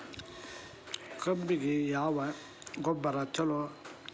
ಕಬ್ಬಿಗ ಯಾವ ಗೊಬ್ಬರ ಛಲೋ?